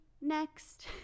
Next